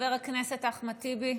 חבר הכנסת אחמד טיבי.